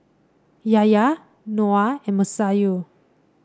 Yahya Noah and Masayu